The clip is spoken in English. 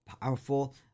powerful